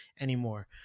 anymore